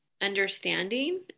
understanding